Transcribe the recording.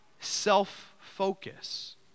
self-focus